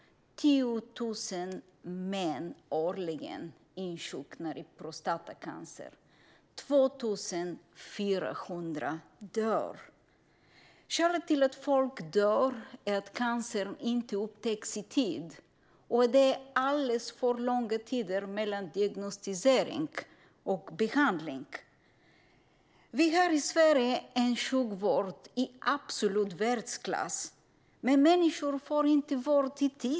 Årligen insjuknar 10 000 män i prostatacancer, och 2 400 dör. Folk dör därför att cancern inte upptäcks i tid och därför att det går alldeles för lång tid mellan diagnostisering och behandling. I Sverige har vi en sjukvård av absolut världsklass. Men människor får inte vård i tid.